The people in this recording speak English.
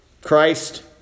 Christ